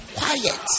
quiet